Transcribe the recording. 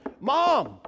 mom